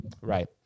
Right